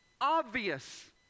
obvious